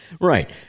Right